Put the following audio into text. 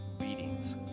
readings